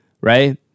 right